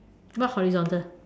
not horizontal